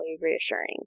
reassuring